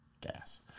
gas